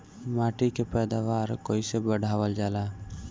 माटी के पैदावार कईसे बढ़ावल जाला?